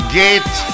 gate